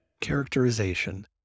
Characterization